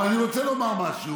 אבל אני רוצה לומר משהו,